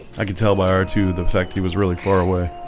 i? could tell by our to the fact he was really far away